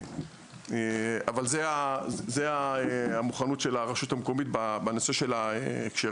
--- זו המוכנות של הרשות המקומית בנושא הזה.